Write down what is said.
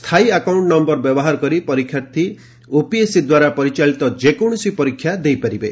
ସ୍ଥାୟୀ account number ବ୍ୟବହାର କରି ପରୀକ୍ଷାର୍ଥୀ ଓପିଏସ୍ସି ଦ୍ୱାରା ପରିଚାଳିତ ଯେକୌଣସି ପରୀକ୍ଷା ଦେଇ ପାରିବେ